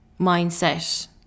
mindset